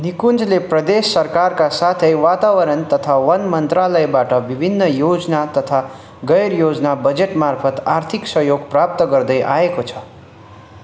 निकुञ्जले प्रदेश सरकारका साथै वातावरण तथा वन मन्त्रालयबाट विभिन्न योजना तथा गैरयोजना बजेट मार्फत् आर्थिक सहयोग प्राप्त गर्दैआएको छ